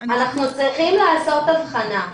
אנחנו צריכים לעשות הבחנה.